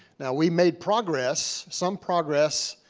now we made progress, some progress,